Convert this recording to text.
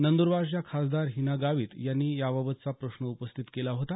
नंदरबारच्या खासदार हीना गावीत यांनी याबाबतचा प्रश्न उपस्थित केला होता